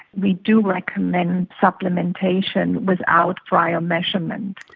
we do recommend supplementation without prior measurement.